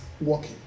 working